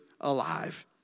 alive